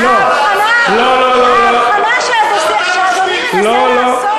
ההבחנה שאדוני מנסה לעשות,